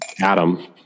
Adam